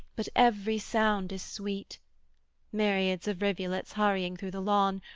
but every sound is sweet myriads of rivulets hurrying through the lawn,